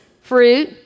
fruit